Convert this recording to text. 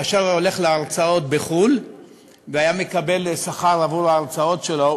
כאשר היה הולך להרצות בחו"ל והיה מקבל שכר עבור ההרצאות שלו,